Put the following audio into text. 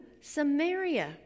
Samaria